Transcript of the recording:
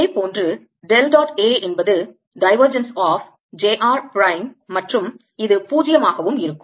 இதே போன்று del dot A என்பது divergence of j r prime மற்றும் இது பூஜ்ஜியம் ஆகவும் இருக்கும்